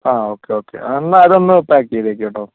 ആ okay okay എന്നാൽ അതൊന്ന് പാക്ക് ചെയ്തേക്ക് കേട്ടോ